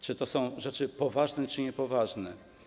Czy to są rzeczy poważne, czy niepoważne?